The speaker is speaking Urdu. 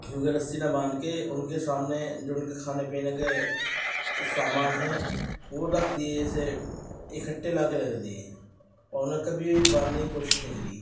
کیونکہ رسی نہ باندھ کے ان کے سامنے جو ان کے کھانے پینے کے سامان ہیں وہ رکھ دیے ایسے اکھٹے لاکے رکھ دیے اور انہیں کبھی بھی باندھنے کی کوشش نہیں کری